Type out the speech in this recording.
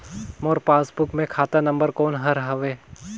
मोर passbook मे खाता number कोन हर हवे?